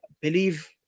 believe